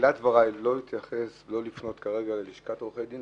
בתחילת דבריי לא לפנות כרגע ללשכת עורכי הדין,